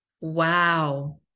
Wow